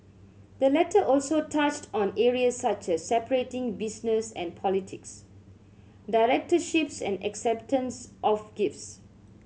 the letter also touched on areas such as separating business and politics directorships and acceptance of gifts